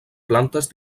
plantes